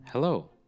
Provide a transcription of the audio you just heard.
Hello